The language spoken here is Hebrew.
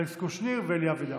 אלכס קושניר ואלי אבידר.